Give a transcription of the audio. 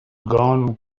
gone